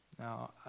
Now